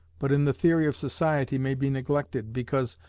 but in the theory of society may be neglected, because,